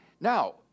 Now